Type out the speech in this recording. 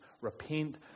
repent